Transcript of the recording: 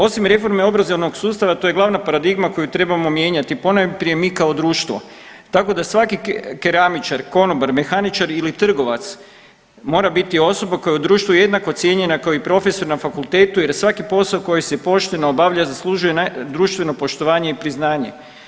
Osim reforme obrazovnog sustava to je glavna paradigma koju trebamo mijenjati, ponajprije mi kao društvo, tako da svaki keramičar, konobar, mehaničar ili trgovac mora biti osoba koja je u društvu jednako cijenjena kao i profesor na fakultetu jer svaki posao koji se pošteno obavlja zaslužuje društveno poštovanje i priznanje.